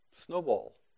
snowball